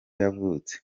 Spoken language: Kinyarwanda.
yavutse